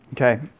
Okay